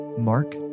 Mark